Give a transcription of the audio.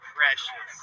Precious